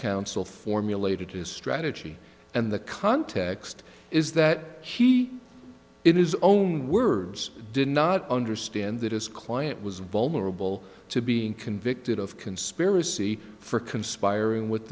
counsel formulated his strategy and the context is that he in his own words did not understand that his client was vulnerable to being convicted of conspiracy for conspiring with